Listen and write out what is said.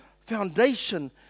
foundation